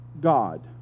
God